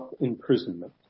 imprisonment